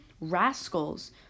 Rascals